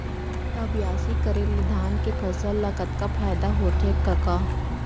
त बियासी करे ले धान के फसल ल कतका फायदा होथे कका?